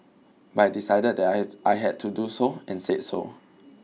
but I decided that I had I had to do so and said so